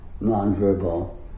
non-verbal